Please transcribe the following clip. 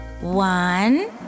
One